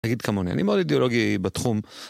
נגיד כמוני, אני מאוד אידיאולוגי בתחום.